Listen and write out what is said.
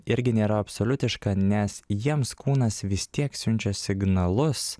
irgi nėra absoliutiška nes jiems kūnas vis tiek siunčia signalus